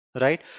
Right